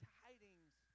tidings